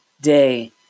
day